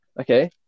Okay